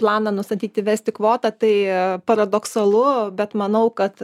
planą nustatyt įvesti kvotą tai a paradoksalu bet manau kad